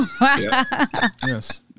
Yes